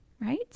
right